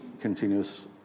continuous